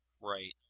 right